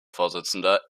vorsitzender